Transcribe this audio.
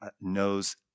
knows